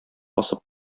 асып